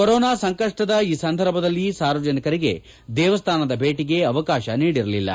corona ಸಂಕಷ್ಟದ ಈ ಸಂದರ್ಭದಲ್ಲಿ ಸಾರ್ವಜನಿಕರಿಗೆ ದೇವಸ್ಥಾನ ಭೇಟಗೆ ಅವಕಾಶ ನೀಡಿರಲಿಲ್ಲ